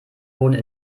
wurden